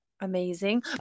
Amazing